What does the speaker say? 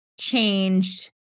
changed